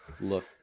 look